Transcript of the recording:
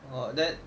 orh then